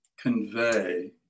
convey